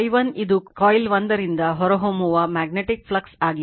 Φ1 ಇದು ಕಾಯಿಲ್ 1 ರಿಂದ ಹೊರಹೊಮ್ಮುವ ಮಗ್ನೇಟಿಕ್ ಫ್ಲಕ್ಸ್ ಆಗಿದೆ